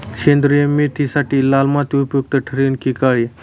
सेंद्रिय मेथीसाठी लाल माती उपयुक्त ठरेल कि काळी?